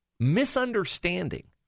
Misunderstanding